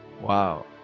Wow